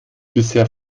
bisher